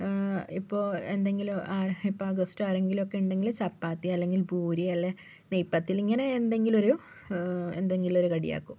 ഇപ്പൊൾ എന്തെങ്കിലും അ ഗസ്റ്റോ ആരെങ്കിലോ ഒക്കെയുണ്ടങ്കില് ചപ്പാത്തി അല്ലെങ്കിൽ പൂരി അല്ലേൽ നെയ്പത്തൽ ഇങ്ങനെ എന്തെങ്കിലുമൊരു എന്തെങ്കിലൊരു കടിയാക്കും